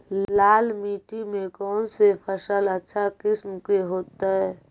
लाल मिट्टी में कौन से फसल अच्छा किस्म के होतै?